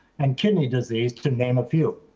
and kidney disease to name a few.